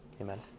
Amen